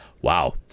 Wow